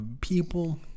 people